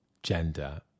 gender